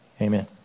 Amen